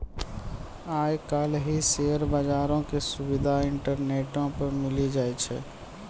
आइ काल्हि शेयर बजारो के सुविधा इंटरनेटो पे मिली जाय छै